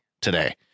today